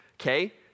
okay